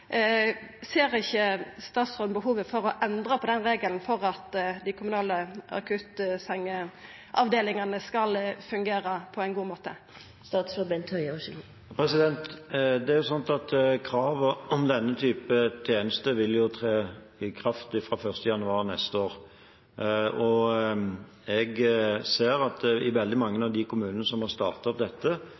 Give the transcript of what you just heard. Ser ikkje statsråden behovet for å endra denne regelen for at dei kommunale akuttsengeavdelingane skal fungera på ein god måte? Kravet om denne type tjeneste vil tre i kraft fra 1. januar neste år. I veldig mange av de kommunene som har startet opp dette,